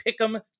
Pick'em